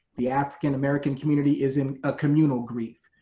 the african american community is in a communal grief,